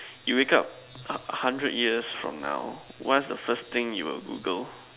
you wake up hundred years from now what is the first thing you would Google